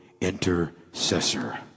intercessor